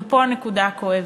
ופה הנקודה הכואבת.